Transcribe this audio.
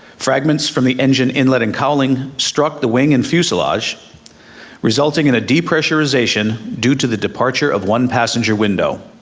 fragments from the engine inlet and cowling struck the wing and fuselage resulting in a depressurization due to the departure of one passenger window.